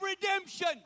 redemption